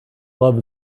love